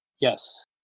Yes